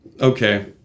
Okay